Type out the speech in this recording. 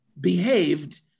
behaved